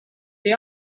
they